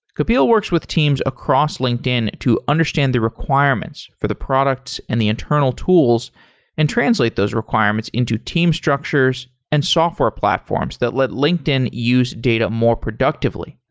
kapil works with teams across linkedin to understand the requirements for the products and the internal tools and translate those requirements into team structures and software platforms that let linkedin use data more productively.